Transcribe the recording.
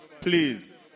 please